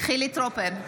חילי טרופר,